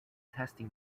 testing